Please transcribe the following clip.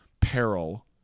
peril